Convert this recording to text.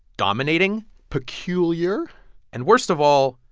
dominating. peculiar and worst of all,